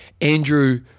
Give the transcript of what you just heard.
Andrew